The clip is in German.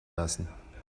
lassen